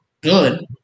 good